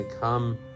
come